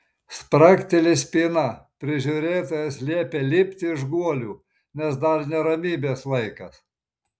spragteli spyna prižiūrėtojas liepia lipti iš guolių nes dar ne ramybės laikas